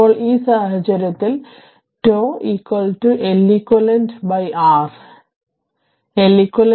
ഇപ്പോൾ ഈ സാഹചര്യത്തിൽ τ Leq R